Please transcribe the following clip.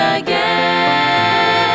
again